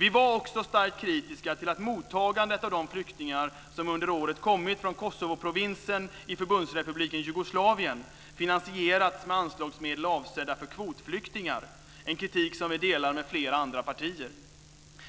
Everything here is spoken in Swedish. Vi var också starkt kritiska till att mottagandet av de flyktingar som under året kommit från Kosovoprovinsen i Förbundsrepubliken Jugoslavien finansierats med anslagsmedel avsedda för kvotflyktingar, en kritik som vi delar med flera andra partier.